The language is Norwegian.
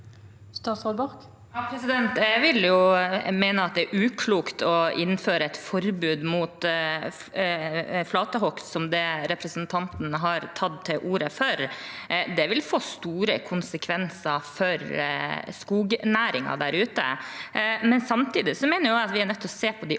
Jeg vil mene at det er uklokt å innføre forbud mot flatehogst, som det representanten har tatt til orde for. Det vil få store konsekvenser for skognæringen der ute. Samtidig mener jeg at vi er nødt til å se på de ordningene